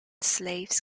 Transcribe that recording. slaves